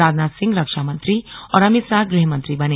राजनाथ सिंह रक्षामंत्री और अमित शाह गृहमंत्री बने